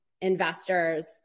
investors